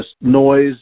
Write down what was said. noise